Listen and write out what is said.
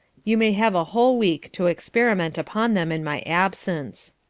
you may have a whole week to experiment upon them in my absence.